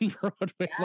Broadway